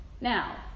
Now